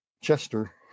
Chester